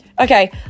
Okay